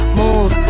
move